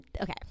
Okay